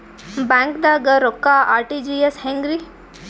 ಬ್ಯಾಂಕ್ದಾಗ ರೊಕ್ಕ ಆರ್.ಟಿ.ಜಿ.ಎಸ್ ಹೆಂಗ್ರಿ?